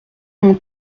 mon